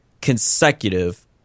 consecutive